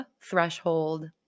threshold